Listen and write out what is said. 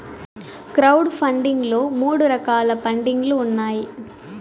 crowd funding లో మూడు రకాల పండింగ్ లు ఉన్నాయి